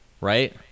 right